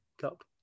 cup